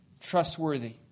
trustworthy